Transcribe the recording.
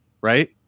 right